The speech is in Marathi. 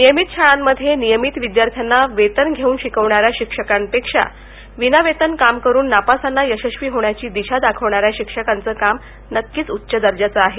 नियमित शाळांमध्ये नियमित विद्यार्थ्यांना वेतन घेऊन शिकविणाऱ्या शिक्षकांपेक्षा विनावेतन काम करून नापासांना यशस्वी होण्याची दिशा दाखविणाऱ्या शिक्षकांचं काम नक्कीच उच्च दर्जाचं आहे